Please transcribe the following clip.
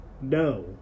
No